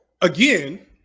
again